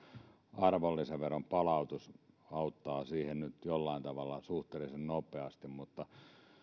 arvonlisäveron palautus auttaa siihen nyt jollain tavalla suhteellisen nopeasti